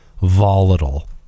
volatile